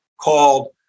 called